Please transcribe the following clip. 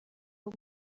uwo